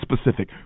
specific